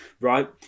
right